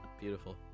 Beautiful